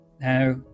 now